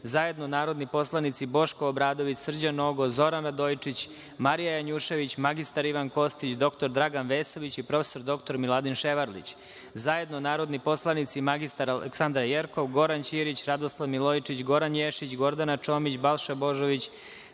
zajedno narodni poslanici Boško Obradović, Srđan Nogo, Zoran Radojičić, Marija Janjušević, mr Ivan Kostić, dr Dragan Vesović i prof. dr Miladin Ševarlić, zajedno narodni poslanici mr Aleksandra Jerkov, Goran Ćirić, Radoslav Milojičić, Goran Ješić, Gordana Čomić, Balša Božović,